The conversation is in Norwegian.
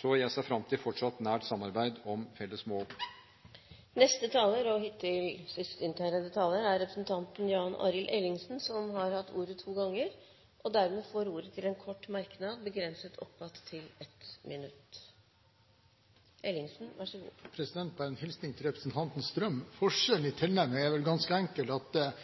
Så jeg ser fram til et fortsatt nært samarbeid om felles mål. Representanten Jan Arild Ellingsen har hatt ordet to ganger tidligere og får dermed ordet til en kort merknad, begrenset til 1 minutt. Bare en hilsning til representanten Strøm: Forskjellen i tilnærming er vel ganske enkelt at